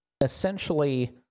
essentially